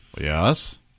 Yes